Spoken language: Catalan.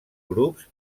grups